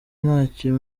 ntacyo